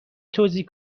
توزیع